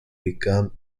become